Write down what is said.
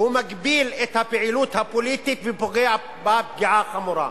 הוא מגביל את הפעילות הפוליטית ופוגע בה פגיעה חמורה.